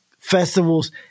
festivals